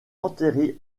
enterré